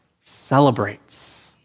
celebrates